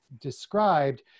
described